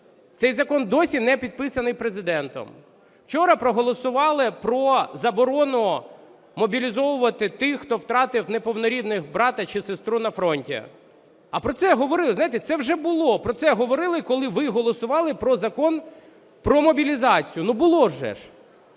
Цей закон досі не підписаний Президентом. Вчора проголосували про заборону мобілізовувати тих, хто втратив неповнорідних брата чи сестру на фронті. А про це говорили, знаєте, це вже було, про це говорили, коли ви голосували про Закон про мобілізацію. Ну було ж.